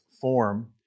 form